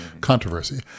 controversy